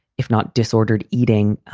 if not disordered eating,